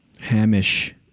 Hamish